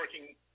working